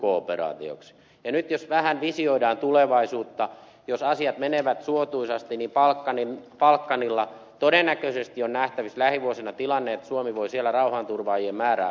ja nyt jos vähän visioidaan tulevaisuutta jos asiat menevät suotuisasti niin balkanilla todennäköisesti on nähtävissä lähivuosina tilanne että suomi voi siellä rauhanturvaajien määrää vähentää